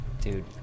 Dude